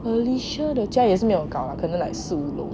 alysha 的家也是没有很高 ah 可能 like 四五楼